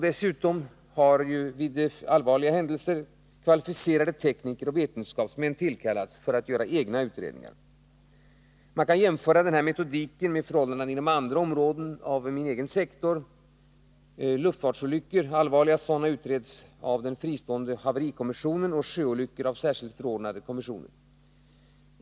Dessutom tillkallas vid allvarliga händelser kvalificerade tekniker och vetenskapsmän för att göra egna utredningar. Man kan jämföra denna metodik med förhållandena inom andra områden av min sektor. Allvarligare luftfartsolyckor utreds således av den fristående statens haverikommission och sjöolyckor av särskilt förordnade kommissioner.